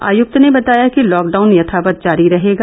आयुक्त ने बताया कि लॉकडाउन यथावत जारी रहेगा